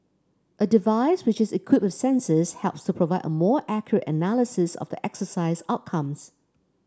a device which is equipped with sensors helps to provide a more accurate analysis of the exercise outcomes